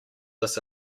this